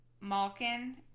Malkin